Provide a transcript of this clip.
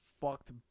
fucked